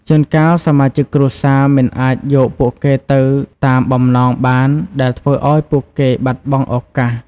ជួនកាលសមាជិកគ្រួសារមិនអាចយកពួកគេទៅតាមបំណងបានដែលធ្វើឱ្យពួកគេបាត់បង់ឱកាស។